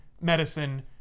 medicine